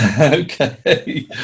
Okay